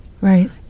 Right